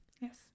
Yes